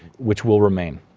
which will remain.